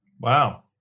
Wow